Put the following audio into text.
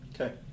Okay